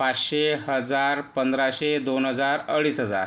पाचशे हजार पंधराशे दोन हजार अडीच हजार